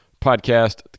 podcast